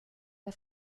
der